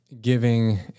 Giving